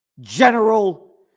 General